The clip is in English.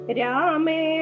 Rame